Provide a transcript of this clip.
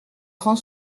grand